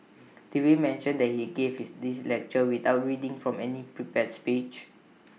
did we mention that he gave his this lecture without reading from any prepared speech